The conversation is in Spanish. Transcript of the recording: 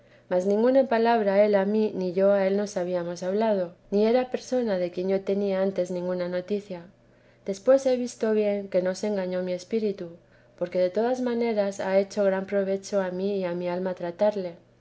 mas ninguna palabra él a mí ni yo a él nos habíamos hablado ni era persona de quien yo tenía antes ninguna noticia después he visto bien que no se engañó mi espíritu porque de todas maneras ha hecho gran provecho a mí y teeesa de jesús a mi alma tratarle